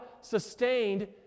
sustained